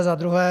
Za druhé.